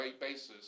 basis